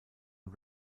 und